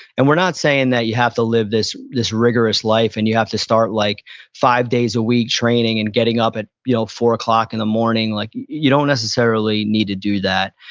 and we're not saying that you have to live this this rigorous life and you have to start like five days a week training and getting up at you know four o'clock in the morning. like you don't necessarily need to do that.